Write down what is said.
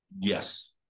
yes